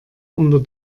unter